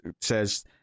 says